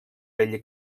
vella